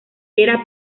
era